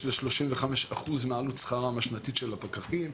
ל-35% מעלות שכרם השנתית של הפקחים,